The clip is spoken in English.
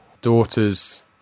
daughter's